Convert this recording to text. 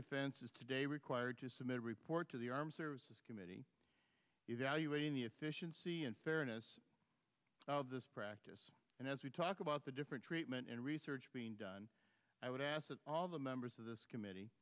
defense is today required to submit a report to the armed services committee evaluating the efficiency and fairness of this practice and as we talk about the different treatment and research being done i would ask all the members of this committee